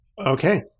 Okay